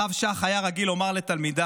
הרב שך היה רגיל לומר לתלמידיו